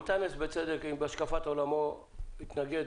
אנטאנס מתנגד בהשקפת עולמו, ובצדק,